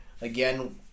Again